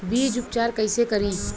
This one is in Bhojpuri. बीज उपचार कईसे करी?